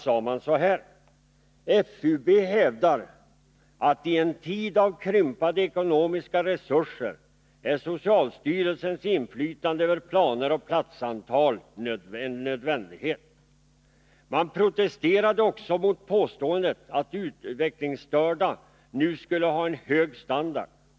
sade man så här: ”FUB hävdar att i en tid av krympande ekonomiska resurser är socialstyrelsens inflytande över planer och platsantal en nödvändighet.” Man protesterade också mot påståendena att utvecklingsstörda nu skulle ha en hög standard.